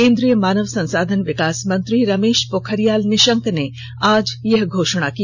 केन्द्रीय मानव संसाधन विकास मंत्री रमेश पोखरियाल निशंक ने आज यह घोषणा की